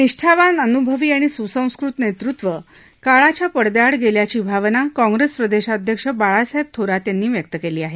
निष्ठावान अनुभवी आणि सुस्कृत नेतृत्व काळाच्या पडद्याआड गेल्याची भावना काँग्रेस प्रदेशाध्यक्ष बाळासाहेब थोरात यांनी व्यक्त केली आहे